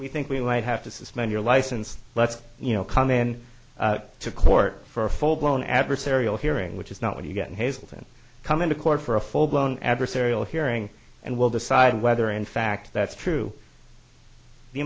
we think we might have to suspend your license let's you know come in to court for a full blown adversarial hearing which is not what you get in hazleton come into court for a full blown adversarial hearing and we'll decide whether in fact that's true the